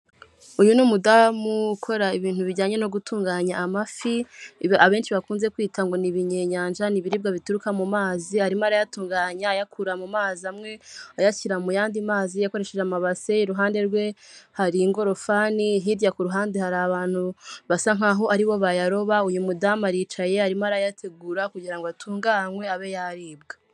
Uyu ni umudamu ukora ibintu bijyanye no gutunganya amafi, ibi abenshi bakunze kwita ngo ni ibinyenyanja ni ibiribwa bituruka mu mazi arimo arayatunganya ayakura mu mazi amwe ayashyira mu yandi mazi akoresheje amabase, iruhande rwe hari ingorofani hirya ku ruhande hari abantu basa nkaho aribo bayaroba, uyu mudamu aricaye arimo arayategura kugira ngo atunganywe abe yaribwa.